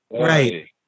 Right